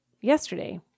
yesterday